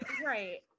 Right